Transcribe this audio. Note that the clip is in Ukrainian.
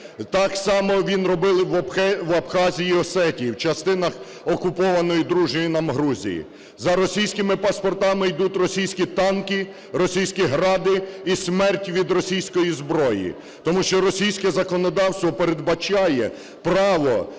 так само вони робили в Абхазії, Осетії, в частинах окупованої дружньої нам Грузії. За російськими паспортами йдуть російські танки, російські "Гради" і смерть від російської зброї, тому що російське законодавство передбачає право